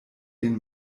den